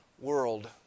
world